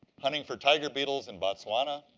hunting for tiger beetles in botswana.